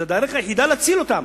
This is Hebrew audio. זאת הדרך היחידה להציל אותם.